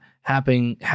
happening